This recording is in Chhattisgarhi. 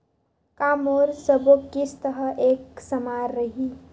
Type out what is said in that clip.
का मोर सबो किस्त ह एक समान रहि?